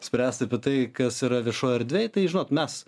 spręsti apie tai kas yra viešoj erdvėj tai žinot mes